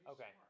Okay